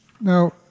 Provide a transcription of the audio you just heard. Now